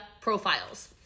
profiles